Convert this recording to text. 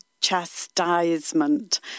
chastisement